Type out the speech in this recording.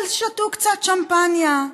אבל שתו קצת שמפניה,